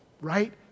right